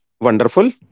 Wonderful